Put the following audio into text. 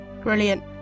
Brilliant